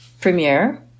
premiere